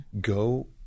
go